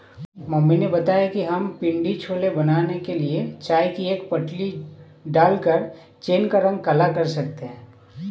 mummy ने बताया कि हम पिण्डी छोले बनाने के लिए चाय की एक पोटली डालकर चने का रंग काला कर सकते हैं